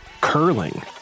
curling